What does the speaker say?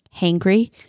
hangry